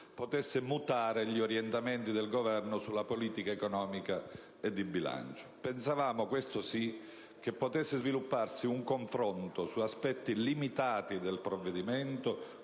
potesse mutare gli orientamenti del Governo sulla politica economica e di bilancio. Pensavamo, questo sì, che potesse svilupparsi un confronto su aspetti limitati del provvedimento,